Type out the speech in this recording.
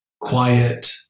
quiet